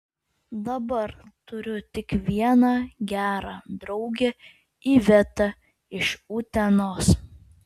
dabar turiu tik vieną gerą draugę ivetą iš utenos